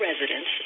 residents